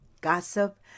gossip